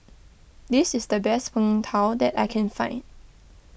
this is the best Png Tao that I can find